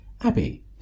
Abby